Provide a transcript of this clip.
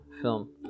film